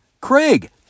craig